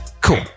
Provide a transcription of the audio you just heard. cool